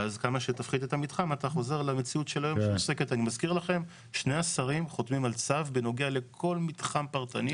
אני מזכיר לכם - שני השרים חותמים על צו בכל הנוגע לכל מתחם פרטני.